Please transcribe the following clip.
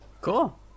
Cool